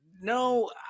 No